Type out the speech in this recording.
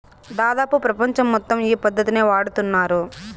దాదాపు ప్రపంచం మొత్తం ఈ పద్ధతినే వాడుతున్నారు